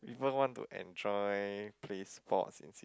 people want to enjoy play sports in~